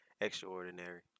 extraordinary